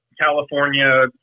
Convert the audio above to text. California